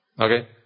Okay